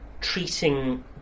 treating